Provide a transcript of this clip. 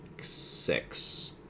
six